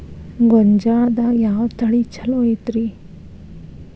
ಗೊಂಜಾಳದಾಗ ಯಾವ ತಳಿ ಛಲೋ ಐತ್ರಿ?